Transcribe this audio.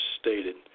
stated